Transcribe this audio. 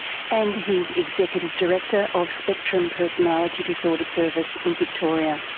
and he's executive director of spectrum personality disorder service in victoria.